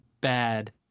bad